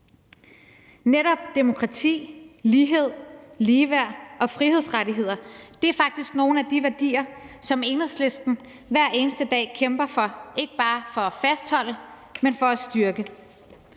Netop demokrati, lighed, ligeværd og frihedsrettigheder er faktisk nogle af de værdier, som Enhedslisten hver eneste dag kæmper for, ikke bare for at fastholde dem, men for at styrke